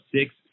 six